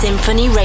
Symphony